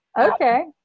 okay